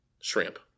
Shrimp